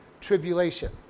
tribulation